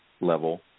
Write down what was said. level